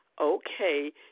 Okay